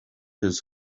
his